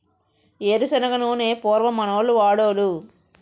ఏరు శనగ నూనె పూర్వం మనోళ్లు వాడోలు